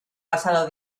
pasado